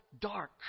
dark